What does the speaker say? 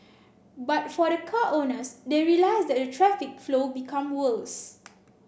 but for the car owners they realised that a traffic flow became worse